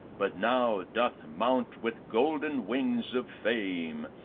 but now doth mount with golden wings of fame,